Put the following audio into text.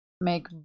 make